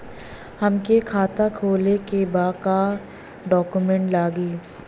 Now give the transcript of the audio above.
हमके खाता खोले के बा का डॉक्यूमेंट लगी?